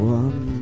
one